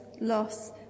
loss